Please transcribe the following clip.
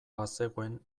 bazegoen